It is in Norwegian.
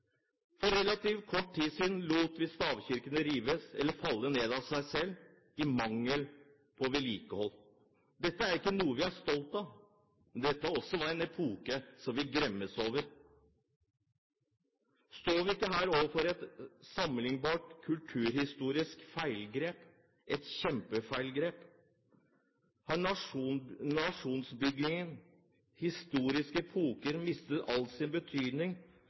For relativt kort tid siden lot vi stavkirkene rive eller falle ned av seg selv, av mangel på vedlikehold. Dette er ikke noe vi er stolte av, også det er en epoke som vi gremmes over. Står vi ikke her overfor et sammenlignbart kulturhistorisk kjempefeilgrep? Har nasjonsbygging og historiske epoker mistet all sin betydning?